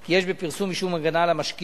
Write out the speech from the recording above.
כי יש בפרסום משום הגנה על המשקיע,